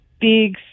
big